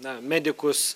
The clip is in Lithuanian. na medikus